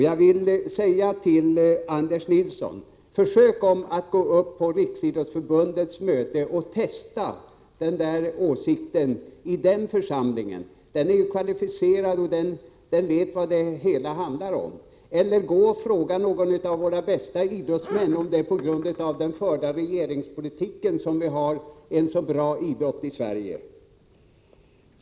Jag vill säga till Anders Nilsson: Försök att gå upp på Riksidrottsförbundets möte och testa åsikten i den församlingen! Den är kvalificerad och vet vad det hela handlar om. Eller gå och fråga några av våra bästa idrottsmän om det är på grund av den förda regeringspolitiken som vi har så bra idrott i Sverige!